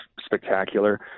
spectacular